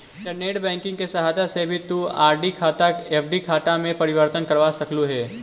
internet banking की सहायता से भी तु आर.डी खाता एफ.डी में परिवर्तित करवा सकलू हे